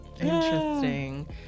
interesting